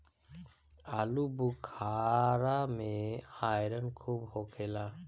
आलूबुखारा में आयरन खूब होखेला